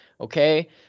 Okay